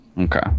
Okay